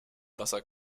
wasser